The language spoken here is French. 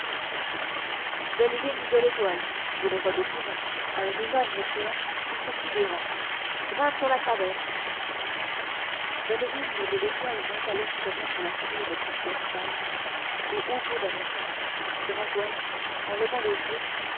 bellevigne de l'étoile dit le roi de thunes à un énorme truand qui sortit des rangs grimpe sur la traverse bellevigne de l'étoile monta lestement sur la solive transversale et au bout d'un instant gringoire en levant les yeux